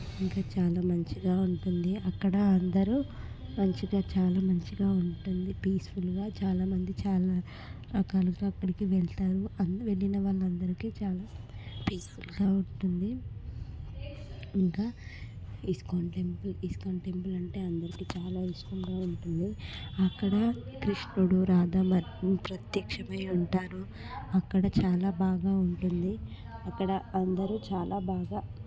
ఇంకా చాలా మంచిగా ఉంటుంది అక్కడ అందరూ మంచిగా చాలా మంచిగా ఉంటుంది పీస్ఫుల్గా చాలా మంది చాలా రకాలుగా అక్కడికి వెళతారు వెళ్ళిన వాళ్ళందరికీ చాలా పీస్ఫుల్గా ఉంటుంది ఇంకా ఇస్కాన్ టెంపుల్ ఇస్కాన్ టెంపుల్ అంటే అందరికీ చాలా ఇష్టంగా ఉంటుంది అక్కడ కృష్ణుడు రాధా మాత ప్రత్యక్షమై ఉంటారు అక్కడ చాలా బాగా ఉంటుంది అక్కడ అందరూ చాలా బాగా